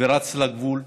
ורץ לגבול,